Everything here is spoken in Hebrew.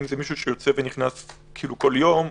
זה מישהו שיוצא ונכנס כל יום.